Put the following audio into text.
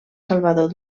salvador